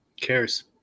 cares